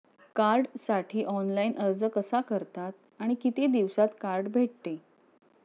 कार्डसाठी ऑनलाइन अर्ज कसा करतात आणि किती दिवसांत कार्ड भेटते?